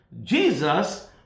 Jesus